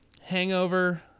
Hangover